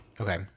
Okay